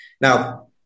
Now